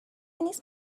نیست